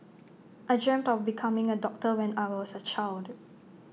I dreamt of becoming A doctor when I was A child